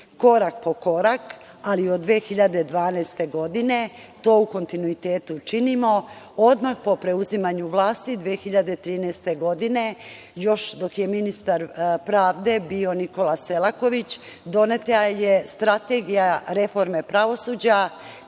korak po korak, ali od 2012. godine to u kontinuitetu činimo. Odmah po preuzimanju vlasti 2013. godine, još dok je ministar pravde bio Nikola Selaković, doneta je strategija reforme pravosuđa,